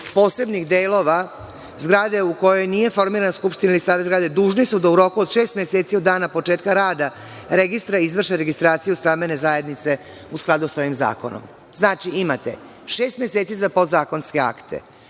posebnih delova zgrade u kojoj nije formirana skupština ili savet zgrade, dužni su da u roku od šest meseci od dana početka rada registra izvrše registraciju stambene zajednice u skladu sa ovim zakonom. Znači, imate šest meseci za podzakonske akte,